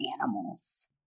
animals